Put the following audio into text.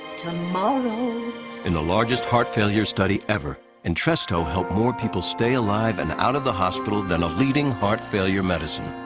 tomorrow in the largest heart failure study ever. entresto helped more people stay alive and out of the hospital than a leading heart failure medicine.